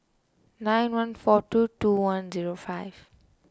nine one four two two one zero five